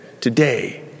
today